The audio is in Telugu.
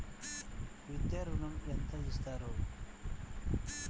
విద్యా ఋణం ఎంత ఇస్తారు?